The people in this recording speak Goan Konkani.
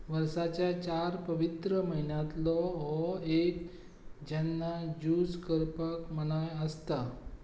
वर्साच्या चार पवित्र म्हयन्यांतलो हो एक जेन्ना झूज करपाक मनाय आसता